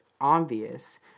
obvious